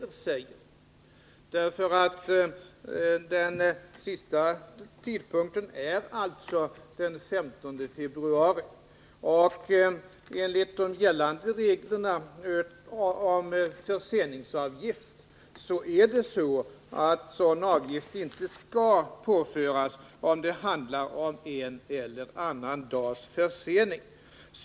Den senaste tidpunkten för avlämnande av vdeklarationer är alltså den 15 februari. Enligt de gällande reglerna om förseningsavgift skall sådan avgift dock inte påföras deklaranterna om det bara handlar om en eller annan dags försening med avlämnandet.